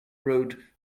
road